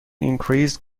increased